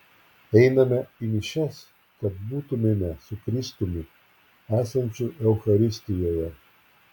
einame į mišias kad būtumėme su kristumi esančiu eucharistijoje